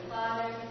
Father